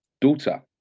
daughter